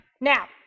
Now